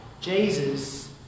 Jesus